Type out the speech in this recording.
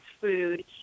food